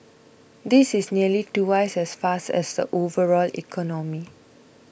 this is nearly twice as fast as the overall economy